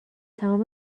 تمام